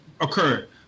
occurred